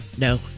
No